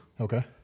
Okay